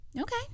Okay